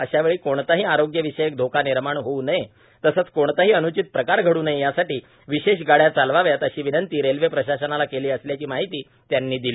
अशावेळी कोणताही आरोग्यविषयक धोका निर्माण होऊ नये तसंच कोणताही अनुचित प्रकार घडू नये यासाठी विशेष गाड्या चालवाव्यात अशी विनंती रेल्वे प्रशासनाला केली असल्याची माहिती त्यांनी दिली